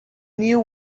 knew